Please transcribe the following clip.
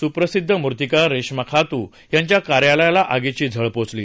सुप्रसिद्ध मूर्तिकार रेश्मा खातू यांच्या कार्यालयाला आगीची झळ पोचली